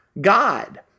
God